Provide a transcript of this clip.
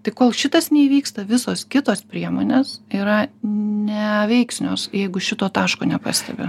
tai kol šitas neįvyksta visos kitos priemonės yra neveiksnios jeigu šito taško nepastebi